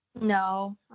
No